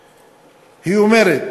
אומרת: